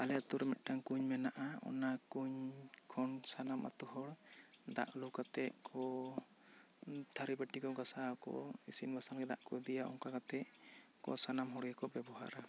ᱟᱞᱮ ᱟᱹᱛᱩ ᱨᱮ ᱢᱤᱫ ᱴᱟᱝ ᱠᱩᱧ ᱢᱮᱱᱟᱜ ᱟ ᱚᱱᱟ ᱠᱩᱧ ᱠᱷᱚᱱ ᱥᱟᱱᱟᱢ ᱟᱹᱛᱩ ᱦᱚᱲ ᱫᱟᱜ ᱞᱩ ᱠᱟᱛᱮᱫ ᱠᱚ ᱛᱷᱟᱹᱨᱤ ᱵᱟᱹᱴᱤ ᱠᱚ ᱜᱷᱟᱥᱟᱣ ᱟᱠᱚ ᱤᱥᱤᱱ ᱵᱟᱥᱟᱝ ᱞᱟᱹᱜᱤᱫ ᱫᱟᱜ ᱠᱚ ᱤᱫᱤᱭᱟ ᱚᱱᱠᱟ ᱠᱟᱛᱮᱫ ᱠᱚ ᱥᱟᱱᱟᱢ ᱦᱚᱲ ᱜᱮᱠᱚ ᱵᱮᱵᱚᱦᱟᱨᱟ